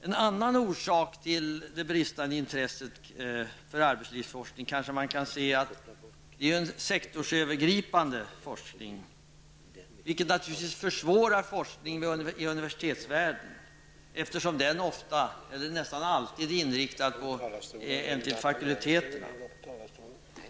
En annan orsak till det bristande intresset för arbetslivsforskning är kanske att det är en sektorsövergripande forskning, något som naturligtvis försvårar forskning i universitetsvärlden, eftersom forskningen där nästan alltid är knuten till fakulteterna.